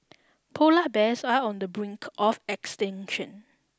polar bears are on the brink of extinction